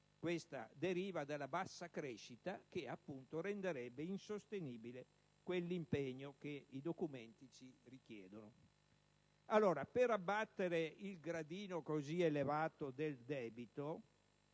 la deriva della bassa crescita che renderebbe insostenibile l'impegno che i documenti ci richiedono. Per abbattere il gradino così elevato del debito